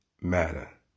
matter